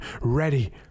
ready